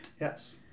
Yes